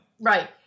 Right